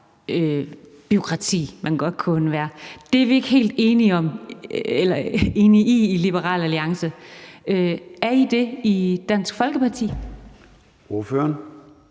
bureaukrati, man godt kunne undvære. Det er vi ikke helt enige i i Liberal Alliance. Er I det i Dansk Folkeparti? Kl.